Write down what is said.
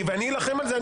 ואני אלחם על זה.